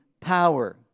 power